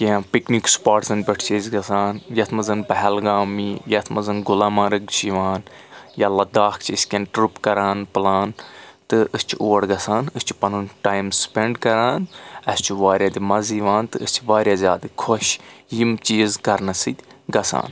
کینٛہہ پِکنِک سپاٹسَن پؠٹھ چھِ أسۍ گژھان یَتھ منٛز پہلگام یِی یَتھ منٛز گُلامرگ چھِ یِوان یا لَداخ چھِ أسۍ کؠن ٹٕرَپ کَران پٕلان تہٕ أسۍ چھِ اور گژھان أسۍ چھِ پَنُن ٹایِم سپؠنٛڈ کَران اَسہِ چھُ واریاہ تہِ مَزٕ یِوان تہٕ أسۍ چھِ واریاہ زیادٕ خۄش یِم چیٖز کرنہٕ سۭتۍ گژھان